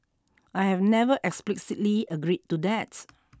I have never explicitly agreed to that